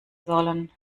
sollen